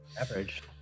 average